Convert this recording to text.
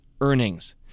earnings